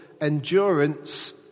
endurance